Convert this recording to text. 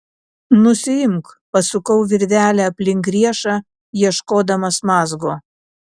nusiimk pasukau virvelę aplink riešą ieškodamas mazgo